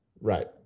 right